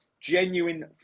genuine